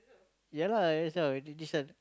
yeah lah that's why this one